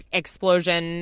explosion